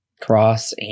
cross